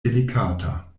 delikata